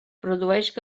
produeix